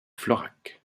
florac